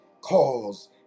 calls